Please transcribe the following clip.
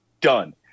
done